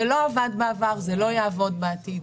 זה לא עבד בעבר ולא יעבוד בעתיד.